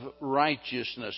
righteousness